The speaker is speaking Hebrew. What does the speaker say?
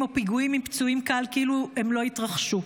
או פיגועים עם פצועים קל כאילו הם לא התרחשו.